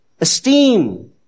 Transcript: esteem